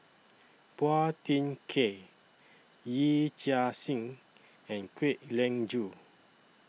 Phua Thin Kiay Yee Chia Hsing and Kwek Leng Joo